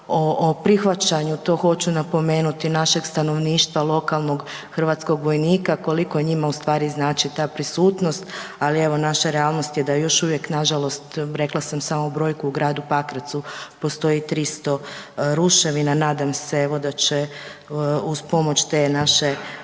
o prihvaćanju to hoću napomenuti našeg stanovništva lokalnog hrvatskog vojnika koliko njima u stvari znači ta prisutnost, ali evo naša realnost je da još uvijek nažalost rekla sam samo brojku u gradu Pakracu postoji 300 ruševina, nadam se evo da će uz pomoć te naše